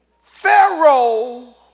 Pharaoh